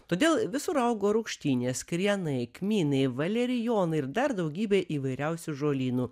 todėl visur augo rūgštynės krienai kmynai valerijonai ir dar daugybė įvairiausių žolynų